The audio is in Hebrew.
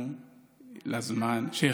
אבותינו היו מתפללים: (אומר באמהרית ומתרגם:) "ברוך אתה